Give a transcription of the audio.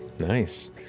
Nice